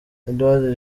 edward